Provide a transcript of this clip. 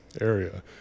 area